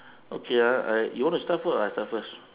okay ah I you want to start first or I start first